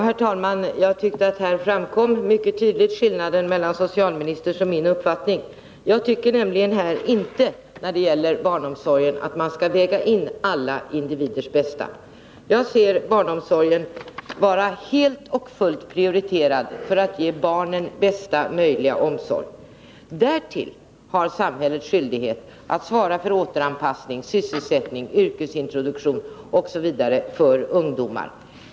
Herr talman! Jag tyckte att här framkom mycket tydligt skillnaden mellan socialministerns och min uppfattning. Jag anser nämligen inte att man när det gäller barnomsorgen skall väga in alla individers bästa — jag menar att barnomsorgen skall vara helt och fullt prioriterad i syfte att ge barnen bästa möjliga omsorg. Därtill har samhället skyldighet att svara för återanpassning, sysselsättning, yrkesintroduktion osv. för ungdomar.